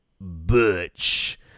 Butch